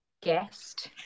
guest